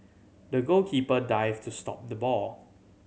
the goalkeeper dived to stop the ball